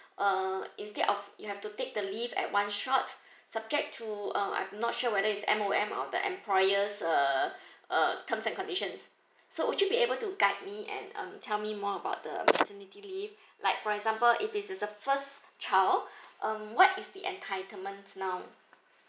uh instead of you have to take the leave at one shot subject to uh I am not sure whether is M_O_M or the employers uh uh terms and conditions so would you be able to guide me and um tell me more about the maternity leave like for example if it is a first child um what is the entitlement now